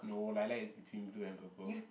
no lilac is between blue and purple